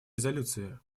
резолюции